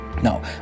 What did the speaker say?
Now